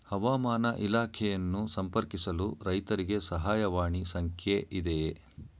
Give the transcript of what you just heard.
ಹವಾಮಾನ ಇಲಾಖೆಯನ್ನು ಸಂಪರ್ಕಿಸಲು ರೈತರಿಗೆ ಸಹಾಯವಾಣಿ ಸಂಖ್ಯೆ ಇದೆಯೇ?